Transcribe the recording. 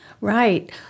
Right